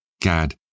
Gad